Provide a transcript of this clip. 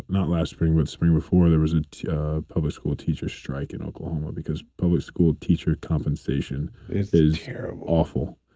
not last spring but the spring before, there was a public school teacher strike in oklahoma because public school teacher compensation is is terrible. awful.